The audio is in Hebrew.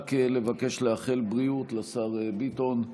רק לאחל בריאות לשר ביטון.